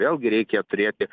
vėlgi reikia turėti